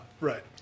Right